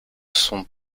sont